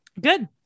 Good